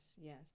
yes